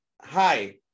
Hi